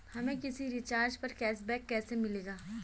हमें किसी रिचार्ज पर कैशबैक कैसे मिलेगा?